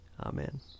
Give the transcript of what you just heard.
Amen